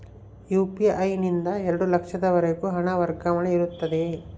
UPI ನಿಂದ ಎರಡು ಲಕ್ಷದವರೆಗೂ ಹಣ ವರ್ಗಾವಣೆ ಇರುತ್ತದೆಯೇ?